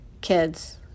Kids